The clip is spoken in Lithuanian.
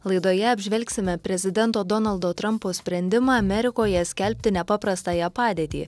laidoje apžvelgsime prezidento donaldo trumpo sprendimą amerikoje skelbti nepaprastąją padėtį